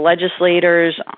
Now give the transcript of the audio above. legislators